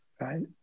Right